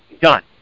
done